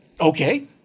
Okay